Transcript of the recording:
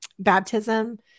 Baptism